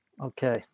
Okay